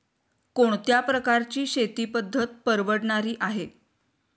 कोणत्या प्रकारची शेती पद्धत परवडणारी आहे?